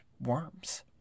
worms